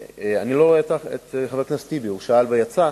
אני לא רואה את חבר הכנסת טיבי, הוא שאל ויצא,